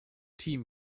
team